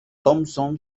thompson